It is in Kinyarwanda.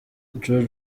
joe